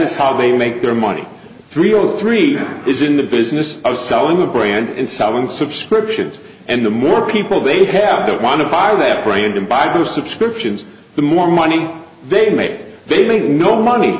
is how they make their money three o three is in the business of selling a brand and selling subscriptions and the more people they have don't want to buy that brand of bible subscriptions the more money they make they make no money